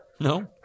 No